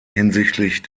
hinsichtlich